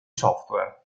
software